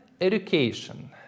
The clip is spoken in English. education